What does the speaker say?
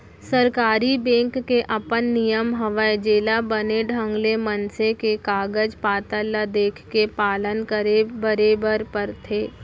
सरकारी बेंक के अपन नियम हवय जेला बने ढंग ले मनसे के कागज पातर ल देखके पालन करे बरे बर परथे